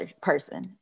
person